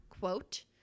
quote